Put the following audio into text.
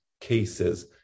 cases